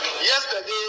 Yesterday